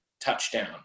touchdown